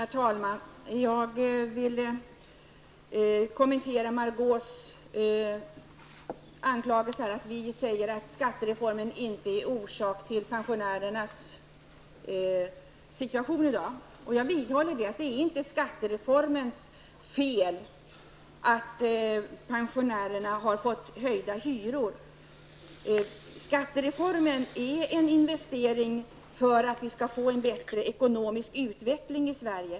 Herr talman! Jag vill kommentera Margó Ingvardssons kritisk mot att vi säger att skattereformen inte är orsak till pensionärernas situation. Jag vidhåller det. Det är inte skattereformens fel att pensionärerna har fått höjda hyror. Skattereformen är en investering för att vi skall få en bättre ekonomisk utveckling i Sverige.